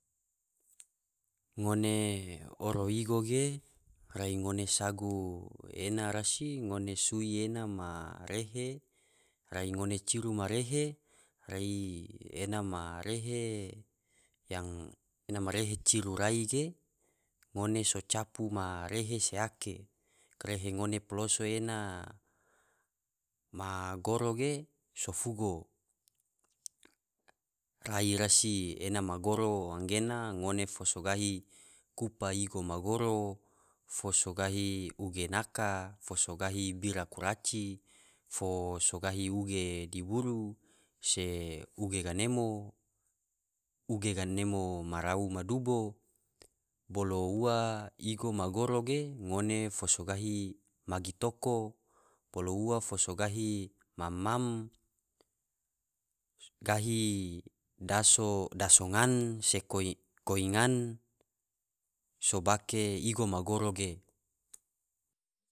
Ngone oro igo ge rai ngone sago ena rasi, ngone sui ena ma rehe, rai ngome ciru ma rehe, rai ena ma rehe ciru rai ge ngone so capu ma rehe se ake, karehe ngone poloso ena ma goro ge so fugo, rai rasi ena ma goro gena ngone fo so gahi kupa igo magoro, fo so gahi uge naka, fo so gahi bira kuraci, fo so gahi uge diburu, se uge ganemo, uge ganemo marau ma dubo, bolo ua igo ma goro ge ngone fo so gahi magi toko, bolo fo so gahi mam-mam, gahi daso ngan se koi ngan so pake igo ma goro ge.